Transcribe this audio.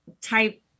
type